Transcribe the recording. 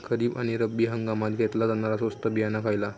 खरीप आणि रब्बी हंगामात घेतला जाणारा स्वस्त बियाणा खयला?